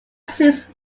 sees